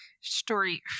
story